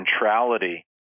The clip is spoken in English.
centrality